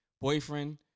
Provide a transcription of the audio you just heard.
boyfriend